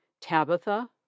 Tabitha